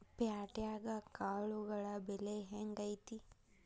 ಪ್ಯಾಟ್ಯಾಗ್ ಕಾಳುಗಳ ಬೆಲೆ ಹೆಂಗ್ ಐತಿ?